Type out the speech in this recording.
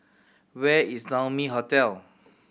where is Naumi Hotel